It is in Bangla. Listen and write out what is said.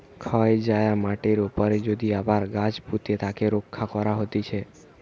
ক্ষয় যায়া মাটির উপরে যদি আবার গাছ পুঁতে তাকে রক্ষা করা হতিছে